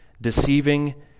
deceiving